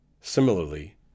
Similarly